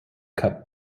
cut